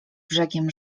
brzegiem